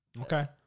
Okay